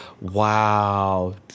Wow